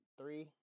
three